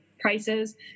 prices